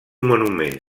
monument